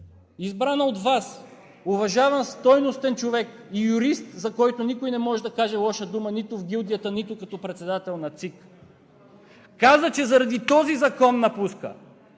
избрана от Вас, уважаван стойностен човек и юрист, за който никой не може да каже лоша дума нито в гилдията, нито като председател на ЦИК, каза, че заради този закон напуска!